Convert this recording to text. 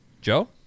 Joe